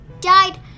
died